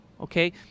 okay